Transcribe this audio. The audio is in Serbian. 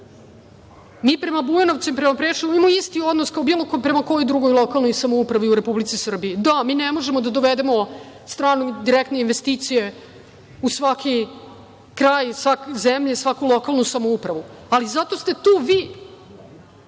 prema Bujanovcu i prema Preševu imamo isti odnos kao prema bilo kojoj drugoj lokalnoj samoupravu u Republici Srbiji. Da, mi ne možemo da dovedemo strane direktne investicije u svaki kraj zemlje, svaku lokalnu samoupravu, ali zato ste tu vi